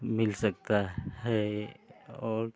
मिल सकता है और